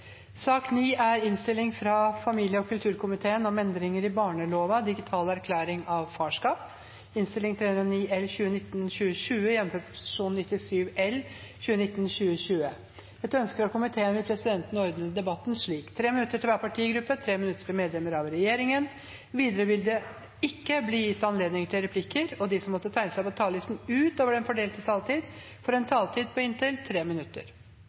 sak nr. 8. Etter ønske fra familie- og kulturkomiteen vil presidenten ordne debatten slik: 3 minutter til hver partigruppe og 3 minutter til medlemmer av regjeringen. Videre vil det ikke bli gitt anledning til replikker, og de som måtte tegne seg på talerlisten utover den fordelte taletid, får også en taletid på inntil 3 minutter.